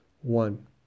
One